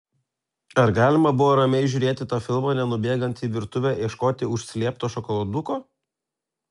ar galima buvo ramiai žiūrėti tą filmą nenubėgant į virtuvę ieškoti užslėpto šokoladuko